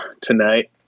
tonight